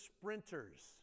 sprinters